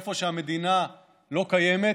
איפה שהמדינה לא קיימת,